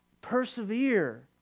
Persevere